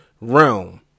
realm